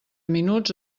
minuts